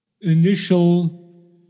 initial